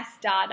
data